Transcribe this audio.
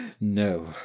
no